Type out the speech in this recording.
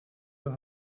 your